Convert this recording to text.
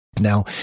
Now